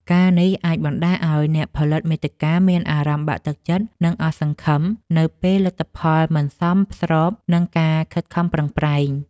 ការណ៍នេះអាចបណ្ដាលឱ្យអ្នកផលិតមាតិកាមានអារម្មណ៍បាក់ទឹកចិត្ត និងអស់សង្ឃឹម នៅពេលលទ្ធផលមិនសមស្របនឹងការខិតខំប្រឹងប្រែង។